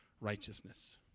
righteousness